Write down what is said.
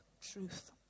truth